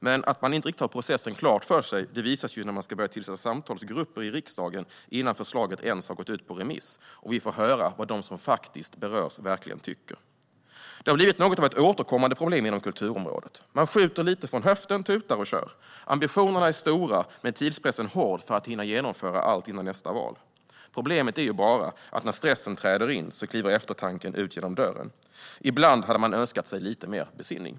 Men att man inte riktigt har processen klar för sig visas när man ska börja tillsätta samtalsgrupper i riksdagen innan förslaget ens har gått ut på remiss och vi får höra vad de som faktiskt berörs verkligen tycker. Det har tyvärr blivit något av ett återkommande problem inom kulturområdet. Man skjuter lite från höften - tutar och kör. Ambitionerna är stora, men tidspressen är hård för att hinna genomföra allt före nästa val. Problemet är bara att när stressen träder in kliver eftertanken ut genom dörren. Ibland hade jag önskat lite mer besinning.